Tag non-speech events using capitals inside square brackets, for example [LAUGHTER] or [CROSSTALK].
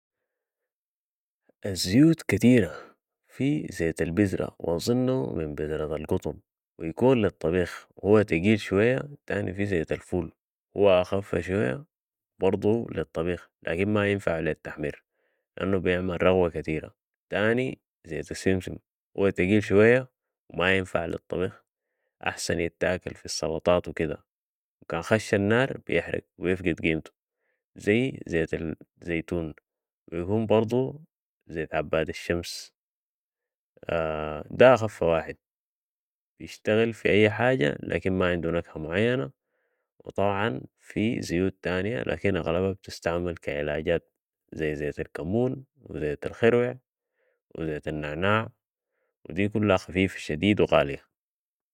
الزيوت كتيرة في زيت البذرة واظنه من بذرة القطن و بيكون للطبيخ و هو تقيل شوية تاني في زيت الفول و هو اخف شوية و برضو للطبيخ لكن ما بينفع للتحمير لانه بيعمل رغوة كتيرة و تاني زيت السمسم و هو تقيل شوية و ما بينفع للطبخ أحسن يتاكل في السلطات و كدة كان خش النار بيحرق و بيفقد قيمتو ذي زيت الزيتون ويقوم برضو زيت عباد الشمس [HESITATION] ده اخف واحد و بيشتغل في اي حاجة لكن ما عنده نكهة معينة و طبعاً في زيوت تانية لكن اغلبها بتستعمل كعلاج ذي زيت الكمون و زيت الخِروِع و زيت النعناع و دي كلها خفيفة شديد و غالية